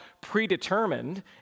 predetermined